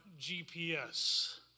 GPS